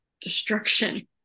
destruction